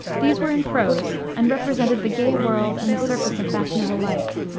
these were in prose, and represented the gay world and the surface of fashionable life.